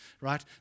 right